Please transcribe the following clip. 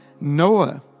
Noah